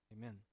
amen